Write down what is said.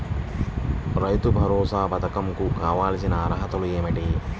రైతు భరోసా పధకం కు కావాల్సిన అర్హతలు ఏమిటి?